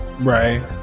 right